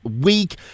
week